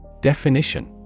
Definition